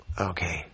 Okay